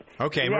Okay